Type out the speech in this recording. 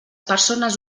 persones